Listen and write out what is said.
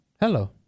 Hello